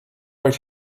right